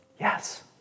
Yes